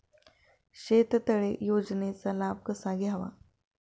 शेततळे योजनेचा लाभ कसा घ्यावा?